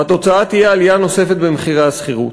והתוצאה תהיה עלייה נוספת במחירי השכירות.